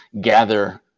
gather